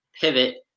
pivot